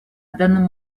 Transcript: данном